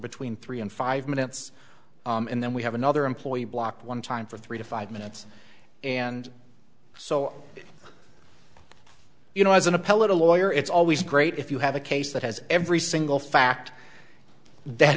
between three and five minutes and then we have another employee block one time for three to five minutes and so you know as an appellate lawyer it's always great if you have a case that has every single fact that